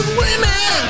women